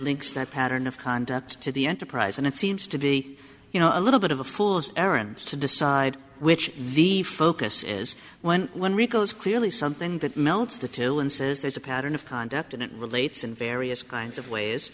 links that pattern of conduct to the enterprise and it seems to be you know a little bit of a fool's errand to decide which the focus is when when rico is clearly something that melts the till and says there's a pattern of conduct and it relates in various kinds of ways